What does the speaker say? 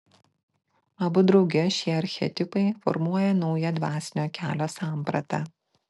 abu drauge šie archetipai formuoja naują dvasinio kelio sampratą